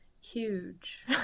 Huge